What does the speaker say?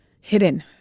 hidden